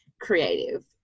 creative